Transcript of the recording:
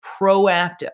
proactive